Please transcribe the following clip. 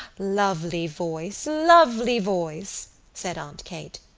lovely voice, lovely voice said aunt kate.